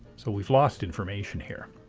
so we've lost information here.